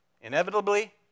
inevitably